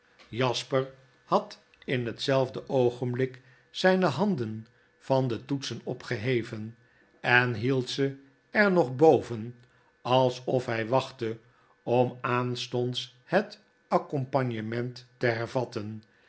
jasper had in hetzelfde oogenblik zyne handen van de toetsen opgeheven en hield ze er nog boven alsof hjj wachtte om zoo aanstonds het accompagnement te hervatten